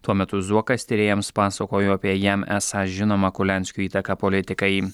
tuo metu zuokas tyrėjams pasakojo apie jam esą žinomą kurlianskio įtaką politikai